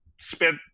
spent